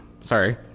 Sorry